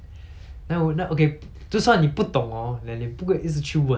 不可以一直去问你跟我讲你去做工的时候你不懂